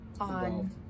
on